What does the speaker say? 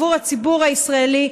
עבור הציבור הישראלי,